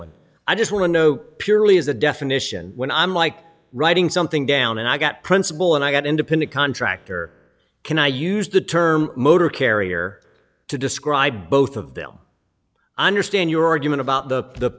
when i just want to know purely as a definition when i'm like writing something down and i got principle and i got independent contractor can i use the term motor carrier to describe both of them i understand your argument about the